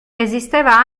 esisteva